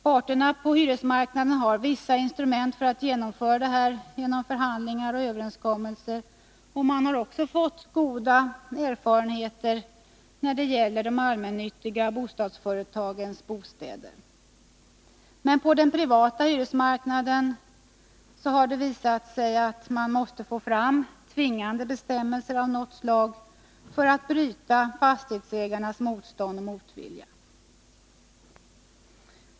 Parterna på hyresmarknaden har vissa instrument för att genomföra detta genom förhandlingar och överenskommelser. Många goda erfarenheter finns då det gäller de allmännyttiga bostadsföretagens bostäder, men på den privata hyresmarknaden har erfarenheterna visat att man för att lyckas troligen måste få tvingande bestämmelser av något slag för att bryta fastighetsägarnas motstånd och motvilja.